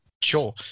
sure